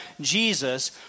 Jesus